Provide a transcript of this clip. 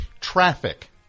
traffic